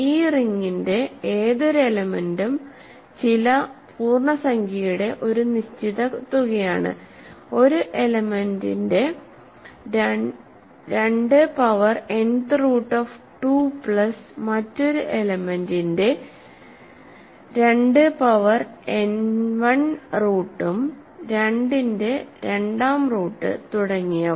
ഈ റിങ്ങിന്റെ ഏതൊരു എലെമെന്റ് ചില പൂർണ്ണസംഖ്യയുടെ ഒരു നിശ്ചിത തുകയാണ് ഒരു എലെമെന്റ്സ്സിന്റെ 2 power n th root of 2 plus മറ്റൊരു എലെമെന്റ്സ് ന്റെ 2 പവർ n 1 റൂട്ടും 2 ന്റെ 2 ആം റൂട്ട് തുടങ്ങിയവ